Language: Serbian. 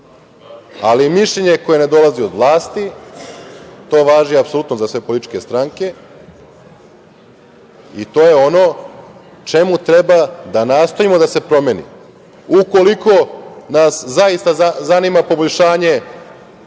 ali mišljenje koje ne dolazi od vlasti, to važi apsolutno za sve političke stranke i to je ono čemu treba da nastojimo da se promeni, ukoliko nas zaista zanima poboljšanje